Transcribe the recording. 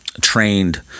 trained